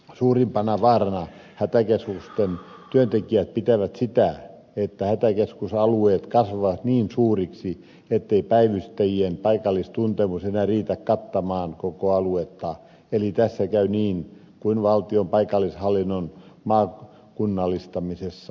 suurimpana vaarana hätäkeskusten työntekijät pitävät sitä että hätäkeskusalueet kasvavat niin suuriksi ettei päivystäjien paikallistuntemus enää riitä kattamaan koko aluetta eli tässä käy niin kuin valtion paikallishallinnon maakunnallistamisessa